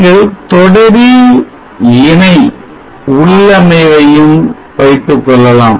நீங்கள் தொடரி இணை உள்ளமை வையும் வைத்துக் கொள்ளலாம்